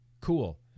cool